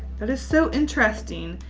that is so interesting.